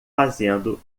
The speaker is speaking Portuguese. fazendo